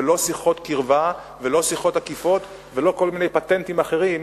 ולא שיחות קרבה ולא שיחות עקיפות ולא כל מיני פטנטים אחרים,